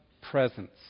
presence